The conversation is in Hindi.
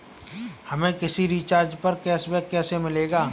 हमें किसी रिचार्ज पर कैशबैक कैसे मिलेगा?